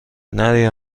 نری